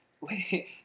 wait